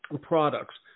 products